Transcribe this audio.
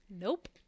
nope